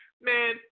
Man